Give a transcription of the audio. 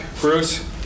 Bruce